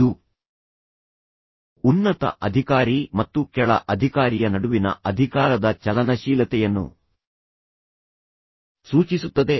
ಇದು ಉನ್ನತ ಅಧಿಕಾರಿ ಮತ್ತು ಕೆಳ ಅಧಿಕಾರಿಯ ನಡುವಿನ ಅಧಿಕಾರದ ಚಲನಶೀಲತೆಯನ್ನು ಸೂಚಿಸುತ್ತದೆ